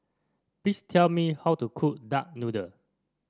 please tell me how to cook Duck Noodle